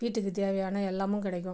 வீட்டுக்கு தேவையான எல்லாமும் கிடைக்கும்